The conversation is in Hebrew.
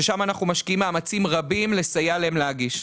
ששם אנחנו משקיעים מאמצים רבים לסייע להם להגיש.